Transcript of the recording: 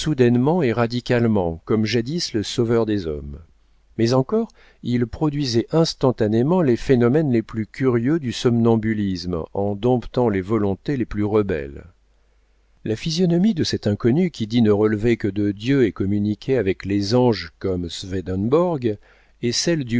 et radicalement comme jadis le sauveur des hommes mais encore il produisait instantanément les phénomènes les plus curieux du somnambulisme en domptant les volontés les plus rebelles la physionomie de cet inconnu qui dit ne relever que de dieu et communiquer avec les anges comme swedenborg est celle du